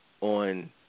on